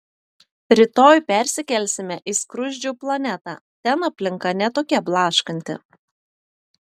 rytoj persikelsime į skruzdžių planetą ten aplinka ne tokia blaškanti